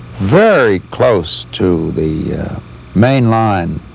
very close to the main line